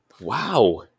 Wow